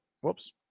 Whoops